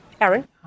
Aaron